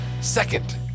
second